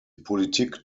politik